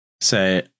say